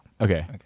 Okay